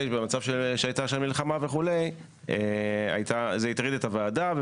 אבל במצב של מלחמה זה הטריד את הוועדה.